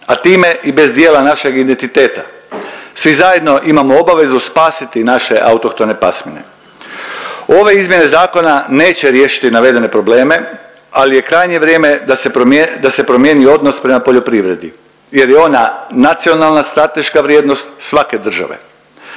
a time i bez dijela našeg identiteta. Svi zajedno imamo obavezu spasiti naše autohtone pasmine. Ove izmjene zakona neće riješiti navedene probleme, ali je krajnje vrijeme da se promijeni odnos prema poljoprivredi jel je ona nacionalna, strateška vrijednost svake države.